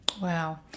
Wow